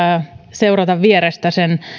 seurata vierestä sen